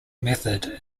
method